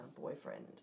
boyfriend